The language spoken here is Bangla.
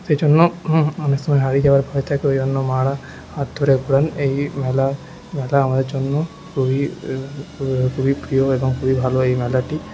সেইজন্য সবাই হারিয়ে যাওয়ার ভয় থাকে ওইজন্য মারা হাত ধরে ঘোরান এই মেলায় মেলা আমাদের জন্য খুবই খুবই প্রিয় এবং খুবই ভালো এই মেলাটি